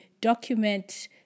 document